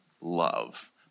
Love